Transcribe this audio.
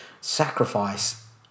sacrifice